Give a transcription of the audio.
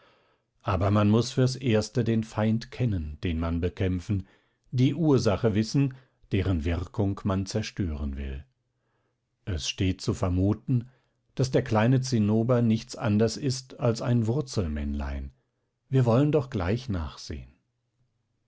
aber man muß fürs erste den feind kennen den man bekämpfen die ursache wissen deren wirkung man zerstören will es steht zu vermuten daß der kleine zinnober nichts anders ist als ein wurzelmännlein wir wollen doch gleich nachsehen